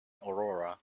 aurora